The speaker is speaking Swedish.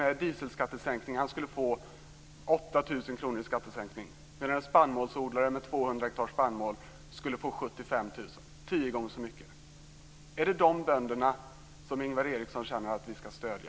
Med en dieselskattesänkning skulle han få 8 000 kr i skattesänkning, medan en spannmålsodlare med 200 hektar spannmål skulle få 75 000 kr, alltså tio gånger så mycket. Är det de bönderna som Ingvar Eriksson känner att vi skall stödja?